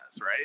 right